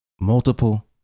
multiple